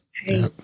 hey